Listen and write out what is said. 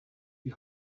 die